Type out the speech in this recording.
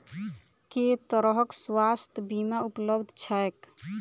केँ तरहक स्वास्थ्य बीमा उपलब्ध छैक?